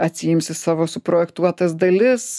atsiimsi savo suprojektuotas dalis